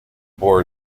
bore